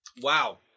Wow